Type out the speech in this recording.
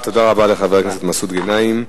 תודה רבה לחבר הכנסת מסעוד גנאים.